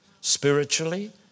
spiritually